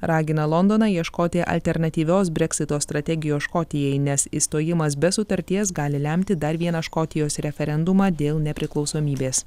ragina londoną ieškoti alternatyvios breksito strategijos škotijai nes išstojimas be sutarties gali lemti dar vieną škotijos referendumą dėl nepriklausomybės